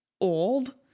old